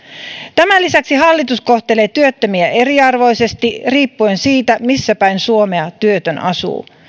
tämän lisäksi hallitus kohtelee työttömiä eriarvoisesti riippuen siitä missäpäin suomea työtön asuu